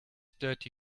dirty